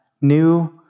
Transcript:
new